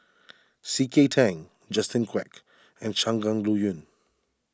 C K Tang Justin Quek and Shangguan Liuyun